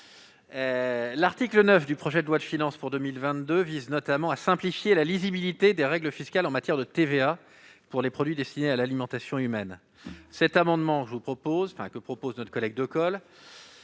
L'article 9 du projet de loi de finances pour 2022 vise notamment à simplifier la lisibilité des règles fiscales en matière de TVA pour les produits destinés à l'alimentation humaine. Cet amendement est en